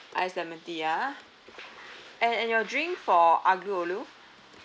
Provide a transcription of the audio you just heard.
ice lemon tea ah and and your drink for aglio-olio